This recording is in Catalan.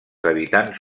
habitants